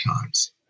times